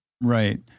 Right